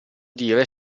dire